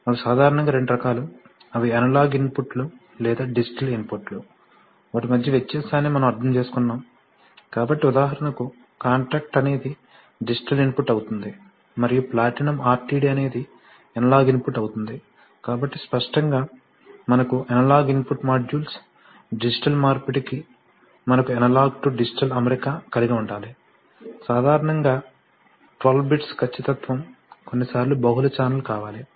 అవి సాధారణంగా రెండు రకాలు అవి అనలాగ్ ఇన్పుట్లు లేదా డిజిటల్ ఇన్పుట్లు వాటి మధ్య వ్యత్యాసాన్ని మనము అర్థం చేసుకున్నాము కాబట్టి ఉదాహరణకు కాంటాక్ట్ అనేది డిజిటల్ ఇన్పుట్ అవుతుంది మరియు ప్లాటినం RTD అనేది అనలాగ్ ఇన్పుట్ అవుతుంది కాబట్టి స్పష్టంగా మనకు అనలాగ్ ఇన్పుట్ మాడ్యూల్స్ డిజిటల్ మార్పిడికి మనకు అనలాగ్ టు డిజిటల్ అమరిక కలిగి ఉండాలి సాధారణంగా 12 బిట్స్ ఖచ్చితత్వం కొన్నిసార్లు బహుళ ఛానెల్ కావాలి